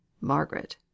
Margaret